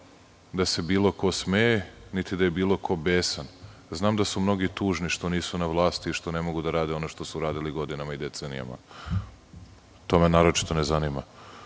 da se bilo ko smeje, niti da je bilo ko besan. Znam da su mnogi tužni što nisu na vlasti i što ne mogu da rade ono što su radili godinama i decenijama. To me naročito ne zanima.